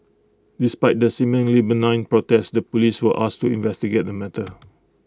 despite the seemingly benign protest the Police were asked to investigate the matter